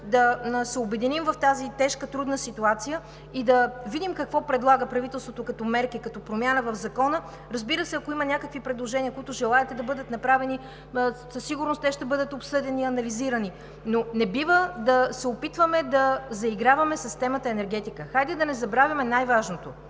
да се обединим в тази тежка, трудна ситуация и да видим какво предлага правителството като мерки, като промяна в Закона. Разбира се, ако има някакви предложения, които желаете да бъдат направени, със сигурност те ще бъдат обсъдени и анализирани, но не бива да се опитваме да заиграваме с темата енергетика. Хайде да не забравяме най-важното